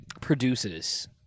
produces